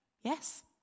yes